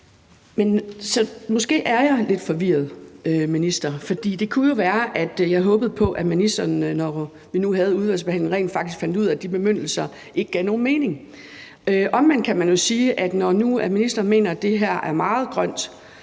måske er jeg lidt forvirret, minister, for det kunne jo være, at jeg håbede på, at ministeren, når vi nu havde udvalgsbehandlingen, rent faktisk fandt ud af, at de bemyndigelser ikke gav nogen mening. Når nu ministeren mener, at det her er meget grønt,